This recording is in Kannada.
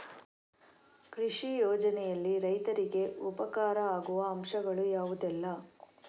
ಕೃಷಿ ಯೋಜನೆಯಲ್ಲಿ ರೈತರಿಗೆ ಉಪಕಾರ ಆಗುವ ಅಂಶಗಳು ಯಾವುದೆಲ್ಲ?